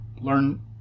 learn